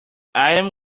item